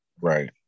Right